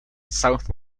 south